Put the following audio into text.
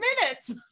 minutes